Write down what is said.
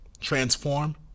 transform